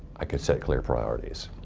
i could set clear priorities.